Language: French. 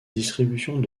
distributions